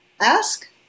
Ask